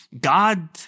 God